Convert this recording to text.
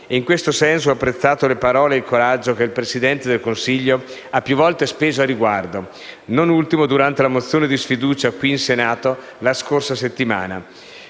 In questo senso ho apprezzato le parole e il coraggio che il Presidente del Consiglio ha più volte speso a riguardo, non ultimo durante l'esame della mozione di sfiducia qui in Senato la scorsa settimana.